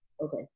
Okay